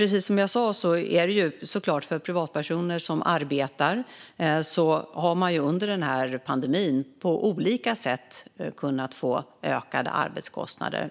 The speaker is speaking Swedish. Precis som jag sa är det såklart så att privatpersoner som arbetar under den här pandemin på olika sätt har kunnat få ökade arbetskostnader.